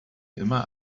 immer